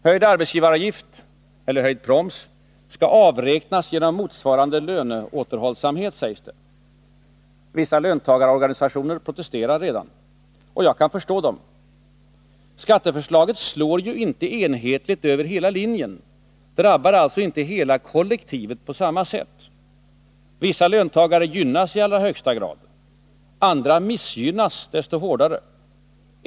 Höjd arbetsgivaravgift eller höjd proms skall avräknas genom motsvarande löneåterhållsamhet, sägs det. Vissa löntagarorganisationer protesterar redan, och jag kan förstå dem. Skatteförslaget slår ju inte enhetligt över hela linjen, drabbar alltså inte hela kollektivet på samma sätt. Vissa löntagare gynnas i allra högsta grad. Andra missgynnas desto hårdare.